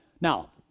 Now